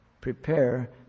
Prepare